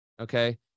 okay